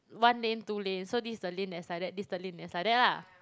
one lane two lane so this is the lane that is like that this is the lane that is like lah